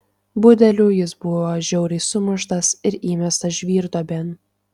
budelių jis buvo žiauriai sumuštas ir įmestas žvyrduobėn